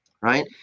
right